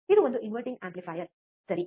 ಇದು ಒಂದು inverting amplifier ಸರಿ